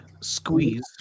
squeeze